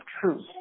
truth